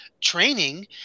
training